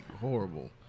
horrible